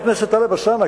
חבר הכנסת טלב אלסאנע,